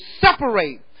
separate